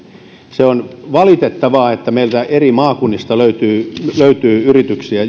se on valitettavaa että meiltä eri maakunnista löytyy löytyy yrityksiä